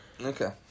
Okay